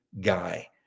guy